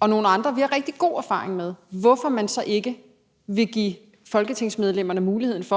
og nogle andre, vi har rigtig gode erfaringer med, vil give folketingsmedlemmerne mulighed for